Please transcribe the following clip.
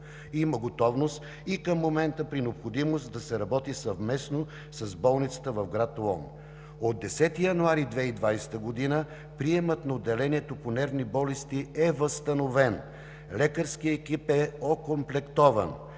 има готовност, при необходимост, да се работи съвместно с болницата в град Лом. От 10 януари 2020 г. приемът на отделението по нервни болести е възстановен. Лекарският екип е окомплектован